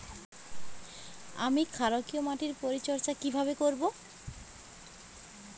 আমি ক্ষারকীয় মাটির পরিচর্যা কিভাবে করব?